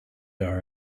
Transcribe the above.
our